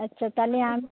আচ্ছা তাহলে আমি